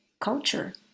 culture